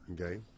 Okay